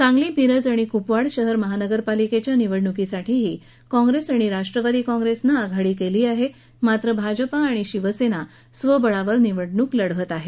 सांगली मिरज आणि कुपवाड शहर महानगरपालिकेच्या निवडणूकीसाठीही काँप्रेस आणि राष्ट्रवादी काँप्रेस पक्षानं आघाडी केली आहे मात्र भाजपा आणि शिवसेना स्वबळावर निवडणूक लढवत आहेत